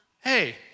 Hey